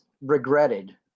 regretted